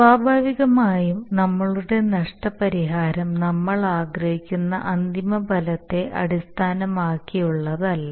സ്വാഭാവികമായും നമ്മളുടെ നഷ്ടപരിഹാരം നമ്മൾ ആഗ്രഹിക്കുന്ന അന്തിമ ഫലത്തെ അടിസ്ഥാനമാക്കിയുള്ളതല്ല